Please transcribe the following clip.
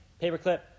paperclip